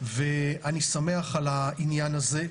ואני שמח על העניין הזה.